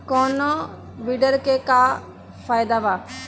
कौनो वीडर के का फायदा बा?